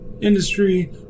industry